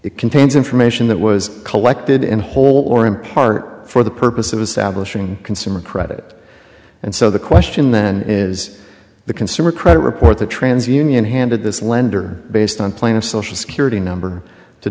it contains information that was collected in whole or in part for the purpose of establishing consumer credit and so the question then is the consumer credit report the trans union handed this lender based on plan of social security number to